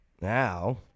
now